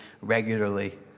regularly